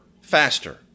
faster